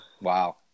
Wow